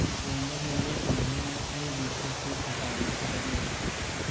ꯑꯩ ꯂꯨꯍꯣꯡꯕꯒꯤ ꯂꯦꯞꯅꯔꯦꯅ ꯑꯩꯒꯤ ꯐꯦꯁꯕꯨꯛ ꯑꯦꯀꯥꯎꯟꯗ ꯊꯥꯒꯠꯂꯨ